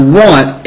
want